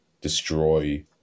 destroy